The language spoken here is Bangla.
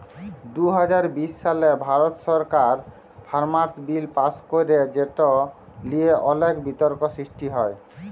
দু হাজার বিশ সালে ভারত সরকার ফার্মার্স বিল পাস্ ক্যরে যেট লিয়ে অলেক বিতর্ক সৃষ্টি হ্যয়